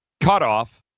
cutoff